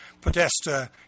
Podesta